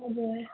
हजुर